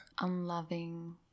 unloving